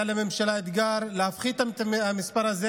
היה לממשלה אתגר להפחית את המספר הזה